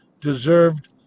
deserved